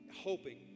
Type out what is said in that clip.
hoping